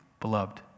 beloved